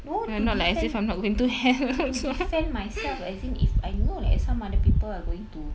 no to defend to defend myself as in if I know like some other people are going to